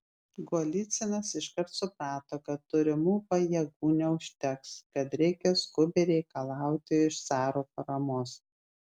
golycinas iškart suprato kad turimų pajėgų neužteks kad reikia skubiai reikalauti iš caro paramos